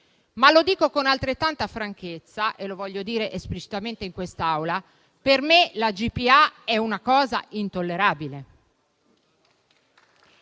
Dico però con altrettanta franchezza - e lo voglio dire esplicitamente in quest'Aula - che per me la GPA è una cosa intollerabile